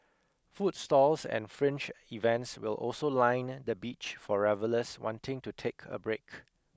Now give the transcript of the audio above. food stalls and fringe events will also line the beach for revellers wanting to take a break